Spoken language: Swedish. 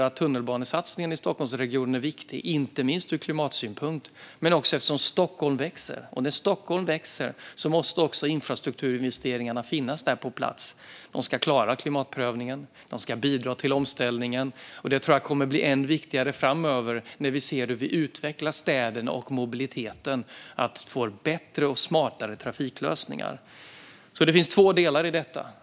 Tunnelbanesatsningen i Stockholmsregionen är viktig inte minst ur klimatsynpunkt men också eftersom Stockholm växer. När Stockholm växer måste också infrastrukturinvesteringarna finnas på plats. De ska klara klimatprövningen. De ska bidra till omställningen. Det kommer att bli än viktigare framöver när vi ser hur vi utvecklar städerna och mobiliteten så att vi får bättre och smartare trafiklösningar. Det finns två delar i detta.